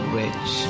rich